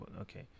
okay